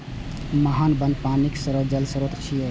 मुहाना बंद पानिक जल स्रोत छियै